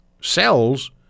cells